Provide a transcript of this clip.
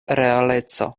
realeco